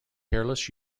careless